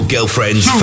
Girlfriend's